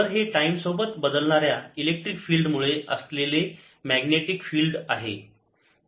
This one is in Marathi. तर हे टाईम सोबत बदलणाऱ्या इलेक्ट्रिक फिल्ड मुळे असलेले मॅग्नेटिक फिल्ड आहे